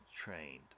trained